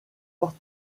porte